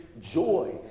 joy